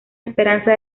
esperanza